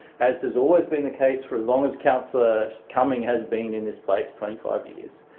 as has always been the case for as long as councillor cumming has been in this place, twenty five years.